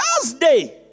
Thursday